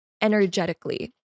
energetically